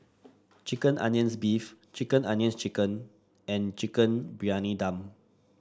chicken onions beef chicken onions chicken and Chicken Briyani Dum